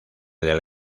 del